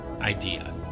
idea